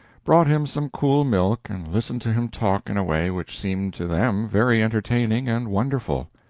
brought him some cool milk and listened to him talk in a way which seemed to them very entertaining and wonderful.